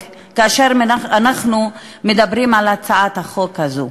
כאשר אנחנו מדברים על הצעת החוק הזו.